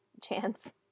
chance